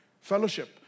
Fellowship